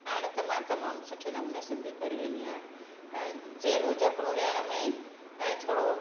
हाणे त मां तमामु सुठे नमूने सिंधी पढ़ी वेंदी आहियां ऐं ज़ेरूं ज़बिरूं ॾियण में ऐं थोरो